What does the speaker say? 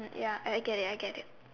ya I get it I get it